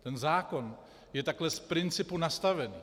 Ten zákon je takhle z principu nastaven.